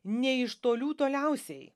nė iš tolių toliausiai